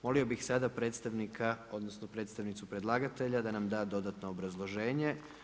Molio bih sada predstavnika, odnosno predstavnicu predlagatelja da nam da dodatno obrazloženje.